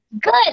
Good